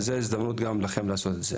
אז זאת גם ההזדמנות שלכם לעשות את זה.